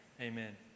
Amen